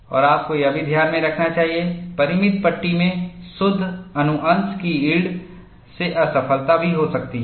और आपको यह भी ध्यान में रखना चाहिए परिमित पट्टी में शुद्ध अनुअंश की यील्ड से असफलता भी हो सकती है